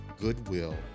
goodwill